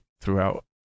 throughout